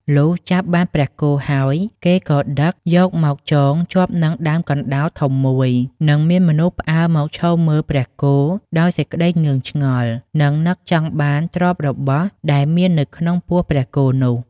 លុះចាប់បានព្រះគោហើយ គេក៏ដឹកយកមកចងជាប់នឹងដើមកណ្ដោលធំមួយ និងមានមនុស្សផ្អើលមកឈរមើលព្រះគោដោយសេចក្ដីងឿងឆ្ងល់ និងនឹកចង់បានទ្រព្យរបស់ដែលមាននៅក្នុងពោះព្រះគោនោះ។